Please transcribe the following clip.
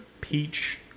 Peach